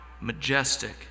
majestic